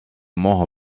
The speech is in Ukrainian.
мого